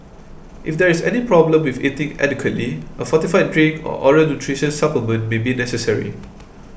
if there is any problem with eating adequately a fortified drink or oral nutrition supplement may be necessary